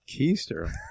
Keister